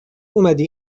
اومدی